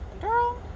girl